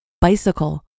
bicycle